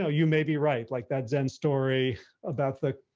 know, you may be right, like that zen story about the,